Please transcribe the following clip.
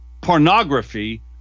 pornography